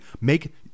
make